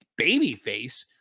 babyface